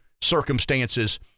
circumstances